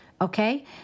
okay